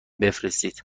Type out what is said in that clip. بفرستید